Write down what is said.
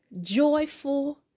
joyful